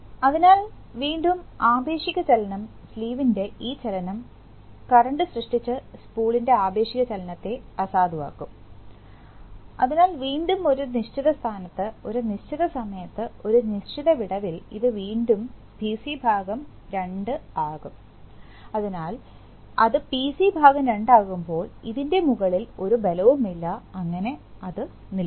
അതിനാൽ വീണ്ടും ആപേക്ഷിക ചലനം സ്ലീവിൻറെ ഈ ചലനം കറന്റ് സൃഷ്ടിച്ച സ്പൂളിൻറെ ആപേക്ഷിക ചലനത്തെ അസാധുവാക്കും അതിനാൽ വീണ്ടും ഒരു നിശ്ചിത സ്ഥാനത്ത് ഒരു നിശ്ചിത സമയത്ത് ഒരു നിശ്ചിത വിടവിൽ ഇത് വീണ്ടും പിസി ഭാഗം 2 ആകും അതിനാൽ അത് പിസി ഭാഗം 2 ആകുമ്പോൾ ഇതിൻറെ മുകളിൽ ഒരു ബലവുമില്ല അങ്ങനെ അത് നിൽക്കും